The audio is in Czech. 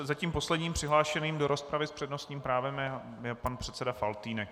Zatím posledním přihlášeným do rozpravy s přednostním právem je pan předseda Faltýnek.